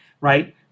right